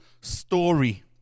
story